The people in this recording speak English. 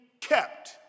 kept